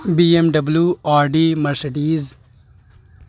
BMW Audi Mercedes